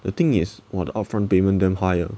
the thing is !wah! the upfront payment damn higher lah